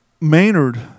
Maynard